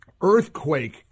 Earthquake